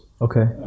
Okay